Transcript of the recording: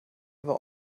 war